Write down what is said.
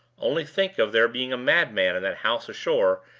only think of there being a madman in that house ashore,